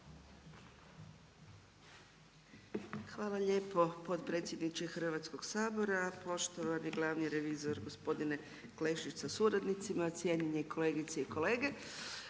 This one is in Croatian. Hvala lijepo potpredsjedniče Hrvatskog sabora. Poštovani glavni revizor gospodine Klešić sa suradnicima, cijenjene kolegice i kolege.